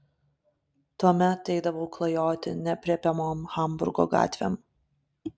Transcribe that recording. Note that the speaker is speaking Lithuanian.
tuomet eidavau klajoti neaprėpiamom hamburgo gatvėm